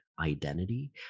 identity